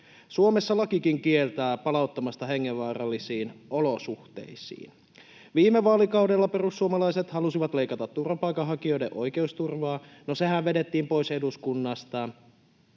Suomessa lakikin kieltää palauttamasta hengenvaarallisiin olosuhteisiin. Viime vaalikaudella perussuomalaiset halusivat leikata turvapaikanhakijoiden oikeusturvaa. No, sehän vedettiin pois eduskunnasta